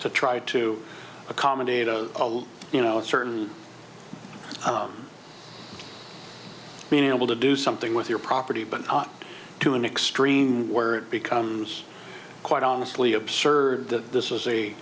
to try to accommodate a you know a certain being able to do something with your property but not to an extreme where it becomes quite honestly absurd that this is a